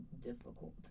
difficult